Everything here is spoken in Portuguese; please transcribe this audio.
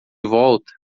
volta